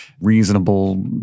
reasonable